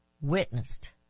witnessed